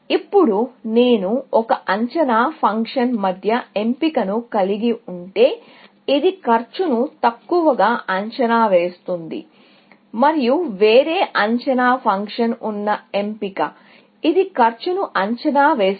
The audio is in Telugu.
ఇప్పుడు నేను ఒక అంచనా ఫంక్షన్ మధ్య ఎంపికను కలిగి ఉంటే ఇది కాస్ట్ను తక్కువగా అంచనా వేస్తుంది మరియు వేరే అంచనా ఫంక్షన్ ఉన్న ఎంపిక ఇది కాస్ట్ను అంచనా వేస్తుంది